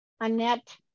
Annette